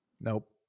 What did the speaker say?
Nope